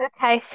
Okay